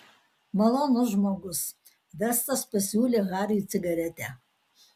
malonus žmogus vestas pasiūlė hariui cigaretę